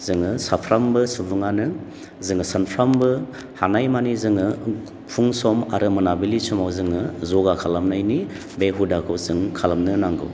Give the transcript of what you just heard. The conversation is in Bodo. जोङो साफ्रोमबो सुबुङानो जोङो सानफ्रोमबो हानाय मानि जोङो फुं सम आरो मोनाबिलि समाव जोङो ज'गा खालामनायनि बे हुदाखौ जों खालामनो नांगौ